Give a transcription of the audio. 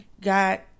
got